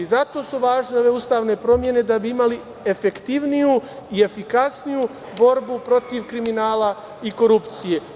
Zato su važne ove ustavne promene, da bi imali efektivniju i efikasniju borbu protiv kriminala i korupcije.